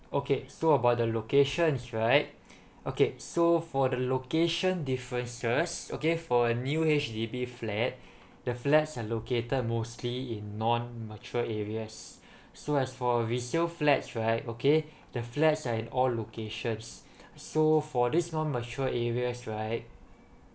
okay so about the locations right okay so for the location differences okay for a new H_D_B flat the flats are located mostly in non mature areas so as for resale flats right okay the flats are in all locations so for this non mature areas right